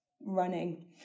running